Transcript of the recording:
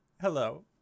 Hello